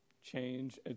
change